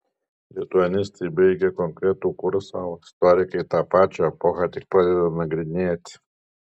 lituanistai baigia konkretų kursą o istorikai tą pačią epochą tik pradeda nagrinėti